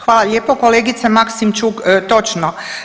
Hvala lijepo kolegice Maksimčuk, točno.